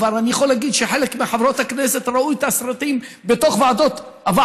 אבל אני יכול להגיד שחלק מחברות הכנסת ראו את הסרטים בתוך הוועדות.